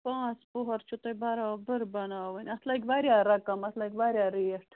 پانٛژھ پۄہَر چھُ تۄہہِ بَرابَر بَناوٕنۍ اَتھ لَگہِ واریاہ رقم اَتھ لَگہِ واریاہ ریٹ